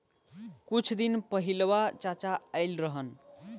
कुछ दिन पहिलवा चाचा आइल रहन